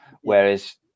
whereas